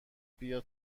بیا